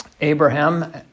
Abraham